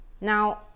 Now